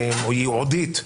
ייעודית,